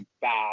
bad